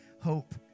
hope